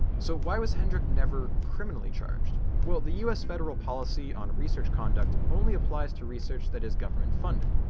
so why was hendrik never criminally charged? well the us federal policy on research conduct only applies to research that is government funded.